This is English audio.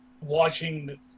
watching